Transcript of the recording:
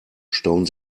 stauen